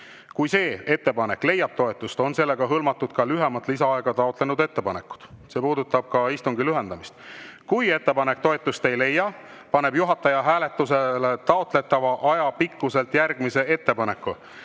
Kui see ettepanek leiab toetust, on sellega hõlmatud ka lühemat lisaaega taotlenud ettepanekud." See puudutab ka istungi lühendamist. "Kui ettepanek toetust ei leia, paneb juhataja hääletusele taotletava aja pikkuselt järgmise ettepaneku."